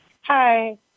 Hi